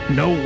no